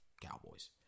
Cowboys